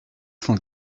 cent